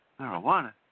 marijuana